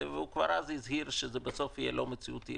וכבר אז הוא הזהיר שזה יהיה לא מציאותי.